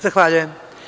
Zahvaljujem.